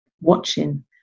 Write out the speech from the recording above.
watching